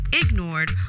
ignored